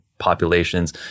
populations